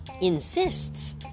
insists